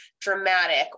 dramatic